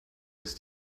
ist